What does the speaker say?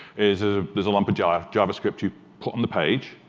is ah there's a lump of ah of javascript you put on the page,